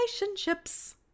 relationships